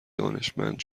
دانشمند